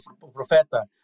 Profeta